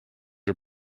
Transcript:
are